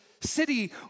city